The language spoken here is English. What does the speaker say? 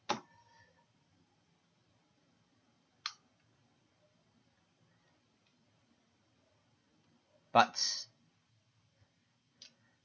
but